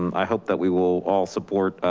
i hope that we will all support,